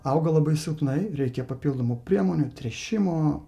auga labai silpnai reikia papildomų priemonių tręšimo